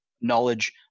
knowledge